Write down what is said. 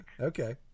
Okay